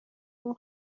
اون